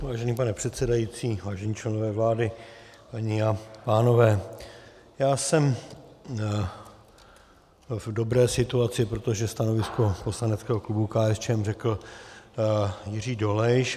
Vážený pane předsedající, vážení členové vlády, paní a pánové, já jsem v dobré situaci, protože stanovisko poslaneckého klubu KSČM řekl Jiří Dolejš.